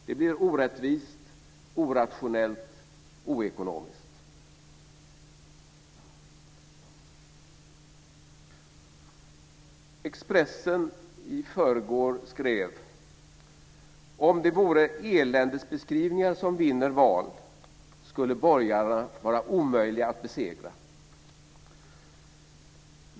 Det blir orättvist, orationellt och oekonomiskt. Expressen skrev i förrgår: Om det vore eländesbeskrivningar som vinner val skulle borgarna vara omöjliga att besegra.